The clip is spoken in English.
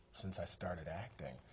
since i started acting.